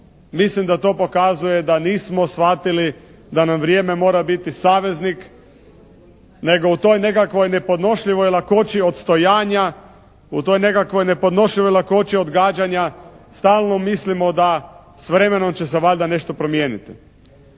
mislim da to pokazuje da nismo shvatili da nam vrijeme mora biti saveznik. Nego u toj nekakvoj nepodnošljivoj lakoći odstojanja, u toj nekakvoj nepodnošljivoj lakoći odgađanja, stalno mislimo da s vremenom će se valjda nešto promijeniti.